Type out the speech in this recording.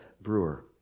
Brewer